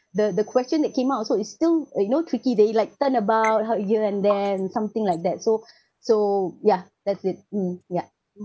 the the question that came out also is still uh you know tricky they like turn about how here and then something like that so so yeah that's it mm ya